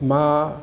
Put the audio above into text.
मां